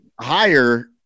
higher